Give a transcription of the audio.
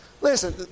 Listen